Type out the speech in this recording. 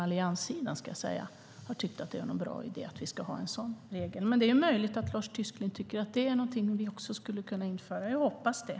Allianssidan har inte tyckt att det är en bra idé att vi ska ha en sådan här regel. Men det är möjligt att Lars Tysklind tycker att det är någonting vi skulle kunna införa. Jag hoppas det.